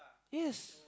yes